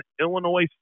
Illinois